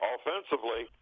Offensively